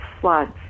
floods